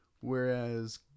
whereas